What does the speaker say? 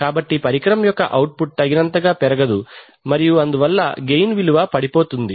కాబట్టి పరికరం యొక్క అవుట్పుట్ తగినంతగా పెరగదు మరియు అందువల్ల గెయిన్ విలువ పడిపోతుంది